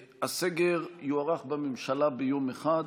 שהסגר יוארך בממשלה ביום אחד,